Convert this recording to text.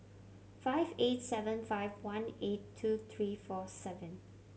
five eight seven five one eight two three four seven